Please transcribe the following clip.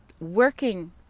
working